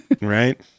Right